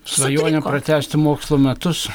svajonė pratęsti mokslo metus